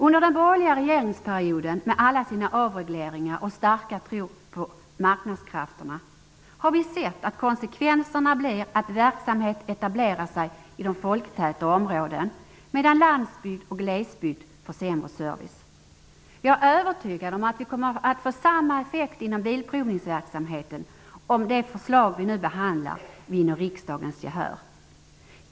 Under den borgerliga regeringsperioden med alla sina avregleringar och med sin starka tro på marknadskrafterna har vi sett att konsekvensen blir att verksamheter etablerar sig i de folktäta områdena medan landsbygd och glesbygd får sämre service. Jag är övertygad om att vi kommer att få samma effekt inom bilprovningsverksamheten, om det förslag som vi nu behandlar vinner riksdagens gehör.